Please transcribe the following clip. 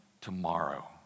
tomorrow